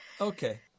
okay